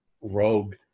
rogue